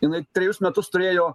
jinai trejus metus turėjo